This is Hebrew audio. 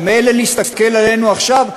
ומילא להסתכל עלינו עכשיו,